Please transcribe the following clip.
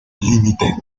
límite